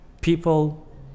people